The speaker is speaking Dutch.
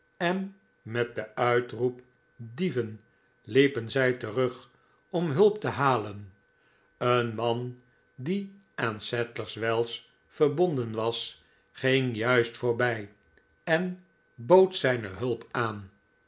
en met den uitroep dieven liepen zij terug om hulp te halen een man die aan sadlers wells verbonden was ging juist voorbij en bood zijne hulp aan